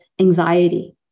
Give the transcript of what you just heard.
anxiety